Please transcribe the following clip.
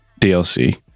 DLC